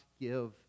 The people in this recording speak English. give